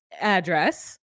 address